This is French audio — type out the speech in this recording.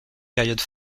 période